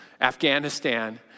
Afghanistan